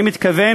אני מתכוון